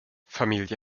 familie